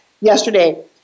yesterday